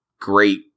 great